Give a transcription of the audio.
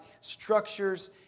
structures